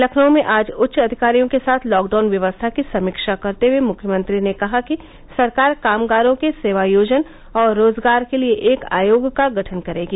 लखनऊ में आज उच्च अधिकारियों के साथ लॉकडाउन व्यवस्था की समीक्षा करते हुए मुख्यमंत्री ने कहा कि सरकार कामगारों के सेवायोजन और रोजगार के लिए एक आयोग का गठन करेगी